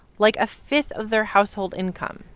like a fifth of their household income,